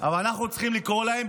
אבל אנחנו צריכים לקרוא להם,